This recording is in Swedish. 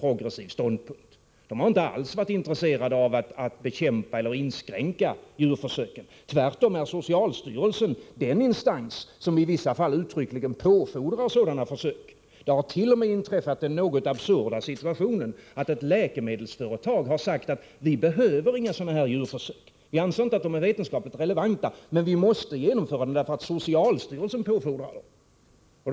Socialstyrelsen har inte alls varit intresserad av att bekämpa eller inskränka djurförsöken. Tvärtom är socialstyrelsen den instans som i vissa fall uttryckligen påfordrar sådana försök. T. o. m. den något absurda situationen har inträffat att ett läkemedelsföretag har förklarat att det inte behöver några djurförsök, eftersom det inte anser dem vetenskapligt relevanta, men måste genomföra dem därför att socialstyrelsen påfordrar detta.